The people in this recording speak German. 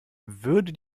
würde